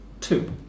Two